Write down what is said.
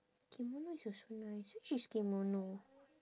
kimonos are so nice which is kimono